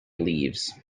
leaves